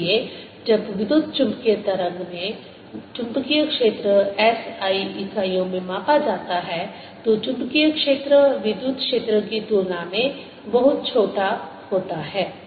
इसलिए जब विद्युत चुम्बकीय तरंग में चुंबकीय क्षेत्र SI इकाइयों में मापा जाता है तो चुम्बकीय क्षेत्र विद्युत क्षेत्र की तुलना में बहुत छोटा होता है